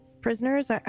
prisoners